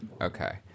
Okay